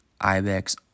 ibex